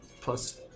Plus